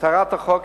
מטרת החוק,